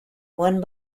one